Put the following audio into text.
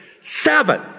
Seven